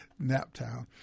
Naptown